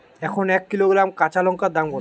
এখন এক কিলোগ্রাম কাঁচা লঙ্কার দাম কত?